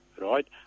right